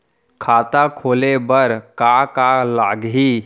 खाता खोले बार का का लागही?